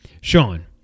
Sean